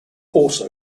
also